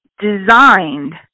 designed